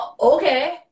Okay